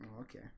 Okay